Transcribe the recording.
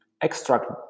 extract